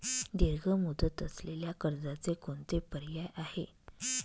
दीर्घ मुदत असलेल्या कर्जाचे कोणते पर्याय आहे?